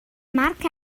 mark